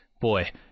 boy